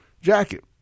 jacket